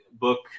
book